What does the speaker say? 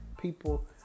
people